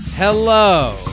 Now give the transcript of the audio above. Hello